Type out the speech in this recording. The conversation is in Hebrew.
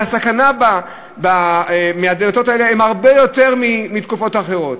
הסכנה מהדלתות היא הרבה יותר מאשר בתקופות אחרות.